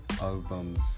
albums